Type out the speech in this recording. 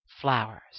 flowers